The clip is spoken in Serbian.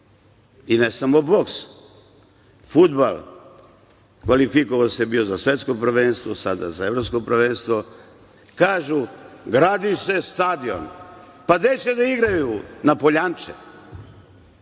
I ne sam o boks. Fudbal, kvalifikovao se bio za Svetsko prvenstvo, sada za Evropsko prvenstvo. Kažu – gradi se stadion. Pa, gde će da igraju? Na poljanče?